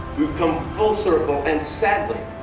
we've come full circle, and sadly,